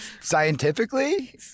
Scientifically